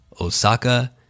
Osaka